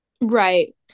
Right